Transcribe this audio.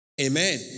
Amen